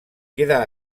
queda